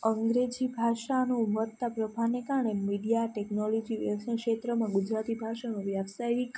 અંગ્રેજી ભાષાના વધતા પ્રભાવને કારણે મીડિયા ટેકનોલોજી વ્યવસાય ક્ષેત્રમાં ગુજરાતી ભાષામાં વ્યવસાયિક